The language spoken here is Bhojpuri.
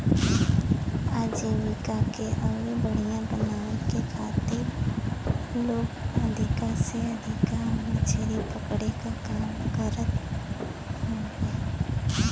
आजीविका के अउरी बढ़ियां बनावे के खातिर लोग अधिका से अधिका मछरी पकड़े क काम करत हवे